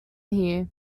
here